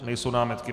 Nejsou námitky.